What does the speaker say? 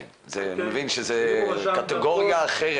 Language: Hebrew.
כן, אני מבין שזה קטגוריה אחרת.